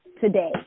today